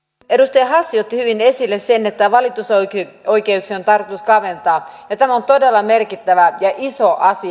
edustaja hassi otti hyvin esille sen että valitusoikeuksia on tarkoitus kaventaa ja tämä on todella merkittävä ja iso asia